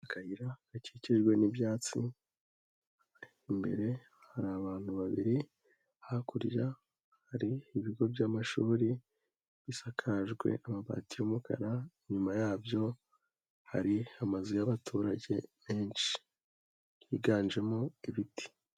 Akayira gakikijwe n'ibyatsi, ari imbere hari, abantu babiri hakurya hari ibigo by'amashuri bisakajwe amabati y'umukara, inyuma yabyo hari amazu y'abaturage benshi, higanjemo ibiti.